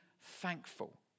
thankful